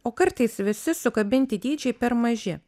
o kartais visi sukabinti dydžiai per maži